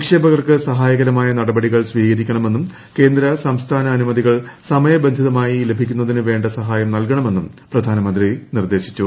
നിക്ഷേപകർക്ക് സഹായകരമായ നടപടികൾ സ്വീകരിക്കണമെന്നും കേന്ദ്ര സംസ്ഥാന അനുമതികൾ സമയബന്ധിതമായി ലഭിക്കുന്നതിനുപ്പു വേണ്ട സഹായം നൽകണമെന്നും പ്രധാനമന്ത്രി നിർദ്ദേശിച്ചു